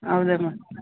ಹೌದಾ ಮೆ